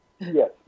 Yes